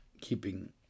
keeping